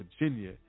Virginia